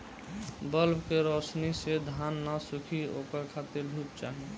bulb के रौशनी से धान न सुखी ओकरा खातिर धूप चाही